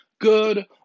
good